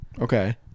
okay